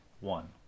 one